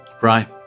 Right